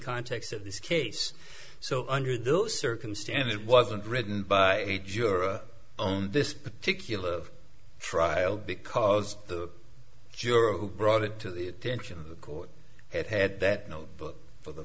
context of this case so under those circumstances it wasn't written by a juror on this particular trial because the juror who brought it to the attention of the court had had that notebook for the